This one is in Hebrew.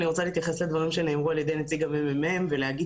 אני רוצה להתייחס לדברים שנאמרו על ידי נציג הממ"מ ולהגיד